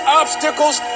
obstacles